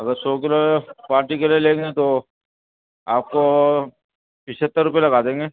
اگر سو kilo party کے لیے لیں گے تو آپ کو پچہتر روپے لگا دیں گے